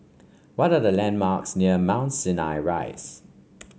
what are the landmarks near Mount Sinai Rise